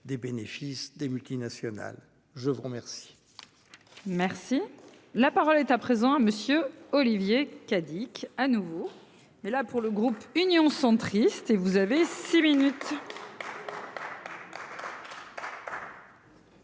des bénéfices des multinationales. Je vous remercie. Merci. La parole est à présent hein monsieur Olivier Cadic, à nouveau, mais là pour le groupe Union centriste et vous avez six minutes.